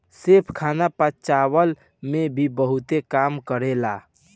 सौंफ खाना पचवला में भी बहुते काम करेला